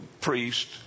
priest